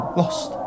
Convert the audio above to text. ...lost